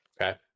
Okay